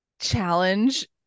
challenge